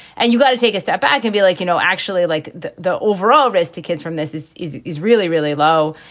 and you've got to take a step back and be like, you know, actually like the the overall risk to kids from this is is really, really low.